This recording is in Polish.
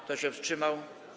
Kto się wstrzymał?